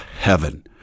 heaven